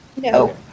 No